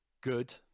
good